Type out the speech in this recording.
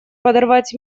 подорвать